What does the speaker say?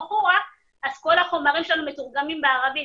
חורה אז כל החומרים שלנו מתורגמים לערבית,